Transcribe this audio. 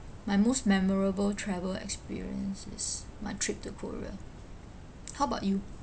my most memorable travel experience is my trip to korea how about you